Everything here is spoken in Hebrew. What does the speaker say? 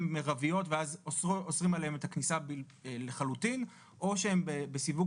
מרביות ואז אוסרים אליהן את הכניסה לחלוטין או שהן בסיווג